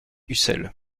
ucel